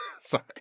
Sorry